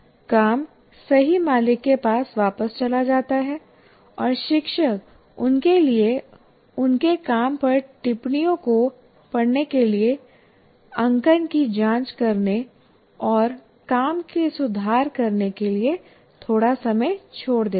काम सही मालिक के पास वापस चला जाता है और शिक्षक उनके लिए उनके काम पर टिप्पणियों को पढ़ने के लिए अंकन की जांच करने और काम में सुधार करने के लिए थोड़ा समय छोड़ देता है